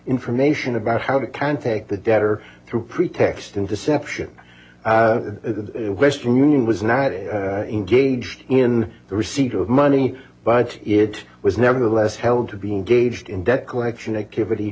information about how to contact the debtor to pretext and deception the western union was not engaged in the receipt of money but it was nevertheless held to be engaged in debt collection activity